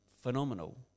phenomenal